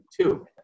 two